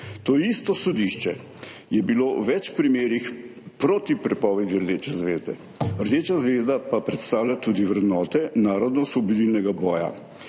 To isto sodišče je bilo v več primerih proti prepovedi rdeče zvezde, rdeča zvezda pa predstavlja tudi vrednote narodnoosvobodilnega boja.